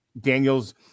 daniels